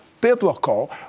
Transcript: biblical